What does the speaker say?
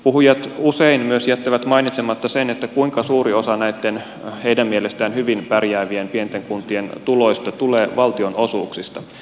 puhujat usein myös jättävät mainitsematta kuinka suuri osa näitten heidän mielestään hyvin pärjäävien pienten kuntien tuloista tulee valtionosuuksista